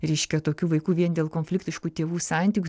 reiškia tokių vaikų vien dėl konfliktiškų tėvų santykių